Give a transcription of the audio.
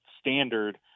standard –